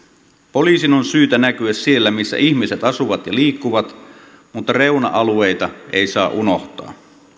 poliisin on syytä näkyä siellä missä ihmiset asuvat ja liikkuvat mutta reuna alueita ei saa unohtaa